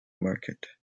market